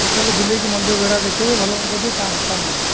total ବୁଲାଇକି ମନ୍ଦିରବେଢ଼ା ଦେଖାଇବି ଭଲ ମନ୍ଦ କରିବେ ପାଞ୍ଚଶହ ଟଙ୍କା ନେବି